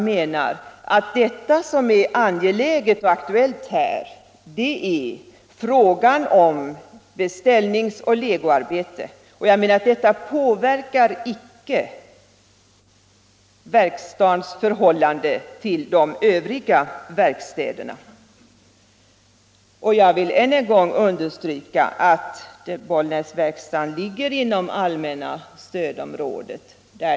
Vad som är angeläget och aktuellt här är beställningsoch legoarbetena, och detta påverkar icke verkstadens förhållande till de övriga verkstäderna. Jag vill understryka att Bollnäsverkstaden ligger inom det allmänna stödområdet.